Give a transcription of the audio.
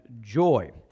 joy